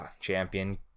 champion